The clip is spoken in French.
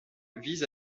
vise